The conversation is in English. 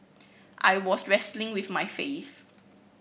I was wrestling with my faith